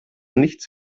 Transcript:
nichts